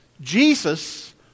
Jesus